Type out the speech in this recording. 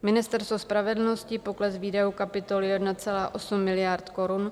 Ministerstvo spravedlnosti pokles výdajů kapitoly 1,8 miliardy korun.